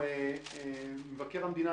מבקר המדינה,